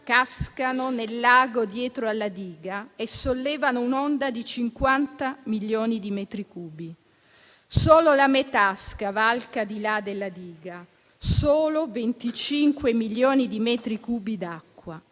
cascano nel lago dietro alla diga e sollevano un'onda di 50 milioni di metri cubi. Solo la metà scavalca di là della diga, solo 25 milioni di metri cubi d'acqua